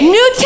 New